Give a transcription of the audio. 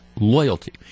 loyalty